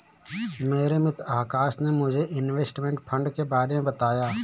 मेरे मित्र आकाश ने मुझे इनवेस्टमेंट फंड के बारे मे बताया